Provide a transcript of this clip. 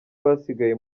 basigaye